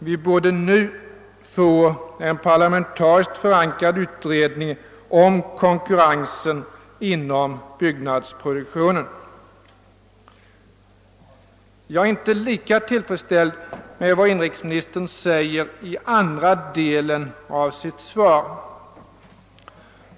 Vi borde nu få en parlamentariskt förankrad utredning om Jag är inte lika tillfredsställd med vad inrikesministern sade i senare delen av sitt svar.